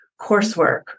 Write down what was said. coursework